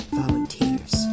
volunteers